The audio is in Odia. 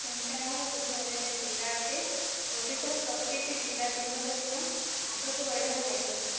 ଢେଙ୍କାନାଳ ଓଡ଼ିଶାର ଏକ ଜିଲ୍ଲା ଅଟେ ଓଡ଼ିଶାର ପ୍ରତିଟି ଜିଲ୍ଲା ଦିନକୁ ଦିନ ଆଗକୁ ବଢ଼ିବାରେ ଲାଗିଛି